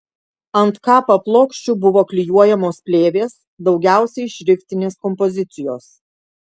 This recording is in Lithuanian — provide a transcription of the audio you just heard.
ant kapa plokščių buvo klijuojamos plėvės daugiausiai šriftinės kompozicijos